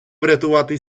врятувати